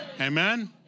Amen